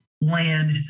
land